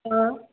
हो